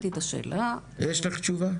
יש לך תשובה?